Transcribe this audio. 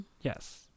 Yes